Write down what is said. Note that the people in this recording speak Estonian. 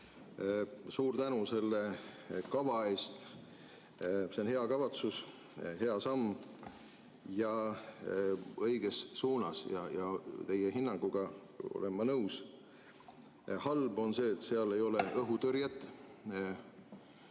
Suur tänu selle kava eest! See on hea kavatsus, hea samm ja õiges suunas ja teie hinnanguga olen ma nõus. Halb on see, et seal ei ole õhutõrjet.